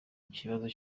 kibazo